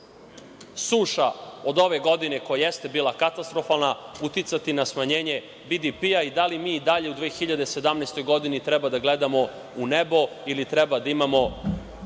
suša od ove godine koja jeste bila katastrofalna uticati na smanjenje BDP i da li mi i dalje u 2017. godini treba da gledamo u nebo ili treba da imamo